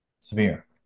severe